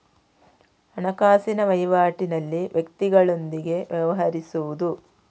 ಹಣಕಾಸಿನ ವಹಿವಾಟಿನಲ್ಲಿ ವ್ಯಕ್ತಿಗಳೊಂದಿಗೆ ವ್ಯವಹರಿಸುವುದು